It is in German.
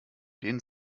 den